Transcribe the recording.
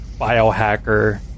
biohacker